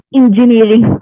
engineering